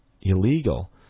illegal